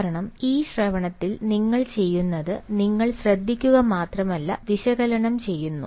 കാരണം ഈ ശ്രവണത്തിൽ നിങ്ങൾ ചെയ്യുന്നത് നിങ്ങൾ ശ്രദ്ധിക്കുക മാത്രമല്ല വിശകലനം ചെയ്യുന്നു